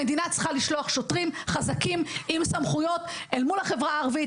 המדינה צריכה לשלוח שוטרים חזקים עם סמכויות אל מול החברה הערבית,